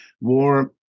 war